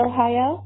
Ohio